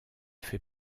fait